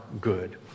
good